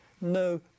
no